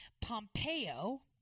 Pompeo